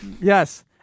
Yes